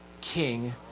king